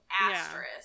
asterisk